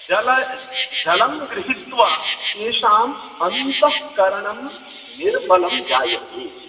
जल जलं गृहीत्वा तेषाम् अन्तःकरणं निर्मलं जायते